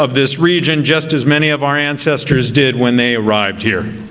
of this region just as many of our ancestors did when they arrived here